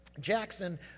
Jackson